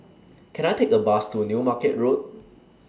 Can I Take A Bus to New Market Road